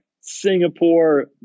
Singapore